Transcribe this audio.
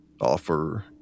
offer